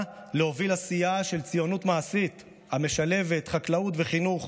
להוביל עשייה של ציונות מעשית המשלבת חקלאות וחינוך: